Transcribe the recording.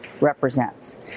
represents